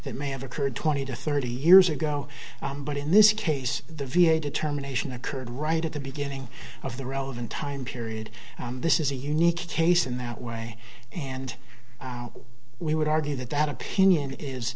that may have occurred twenty to thirty years ago but in this case the v a determination occurred right at the beginning of the relevant time period this is a unique case in that way and we would argue that that opinion is